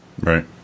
Right